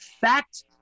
fact